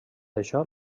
això